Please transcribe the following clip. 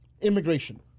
immigration